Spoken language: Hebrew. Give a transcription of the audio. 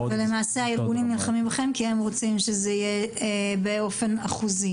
למעשה הארגונים נלחמים בכם כי הם רוצים שזה יהיה על פי אחוזים.